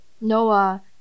Noah